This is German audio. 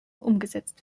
umgesetzt